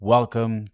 Welcome